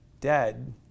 dead